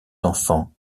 enfants